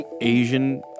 Asian